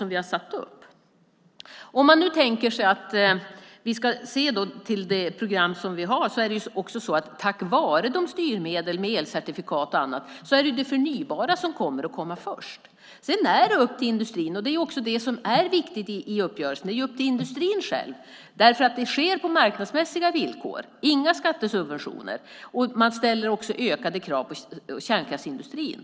Om vi ser till de program vi har kommer det förnybara att komma först, tack vare styrmedel med elcertifikat och annat. Viktigt i uppgörelsen är att detta är upp till industrin. Det sker på marknadsmässiga villkor utan skattesubventioner. Man ställer också ökade krav på kärnkraftsindustrin.